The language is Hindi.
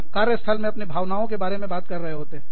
हम कार्य स्थल में अपने भावनाओं के बारे में बात कर रहे हैं